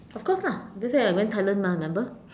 of course lah this year I'm going Thailand mah remember